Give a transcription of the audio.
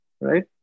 right